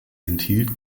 enthielt